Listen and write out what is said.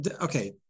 Okay